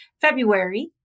February